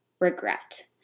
regret